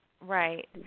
Right